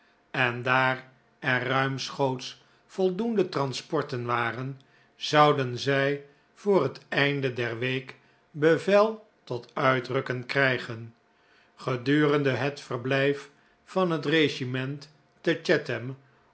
en daar er ruimschoots voldoende transporten waren zouden zij voor het einde der week bevel tot uitrukken krijgen gedurende het verblijf van het regiment te